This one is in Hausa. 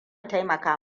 taimaka